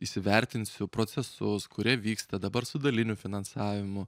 įsivertinsiu procesus kurie vyksta dabar su daliniu finansavimu